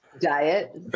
Diet